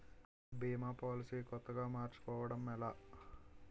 భీమా policy కొత్తగా మార్చుకోవడం ఎలా?